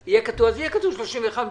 אז יהיה כתוב 31 בדצמבר,